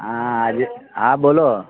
હા આજે હા બોલો